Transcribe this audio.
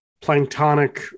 planktonic